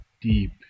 deep